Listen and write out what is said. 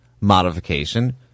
modification